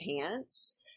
pants